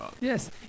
yes